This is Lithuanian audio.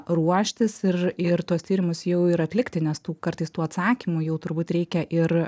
ruoštis ir ir tuos tyrimus jau ir atlikti nes tų kartais tų atsakymų jau turbūt reikia ir